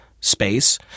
space